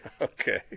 okay